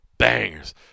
Bangers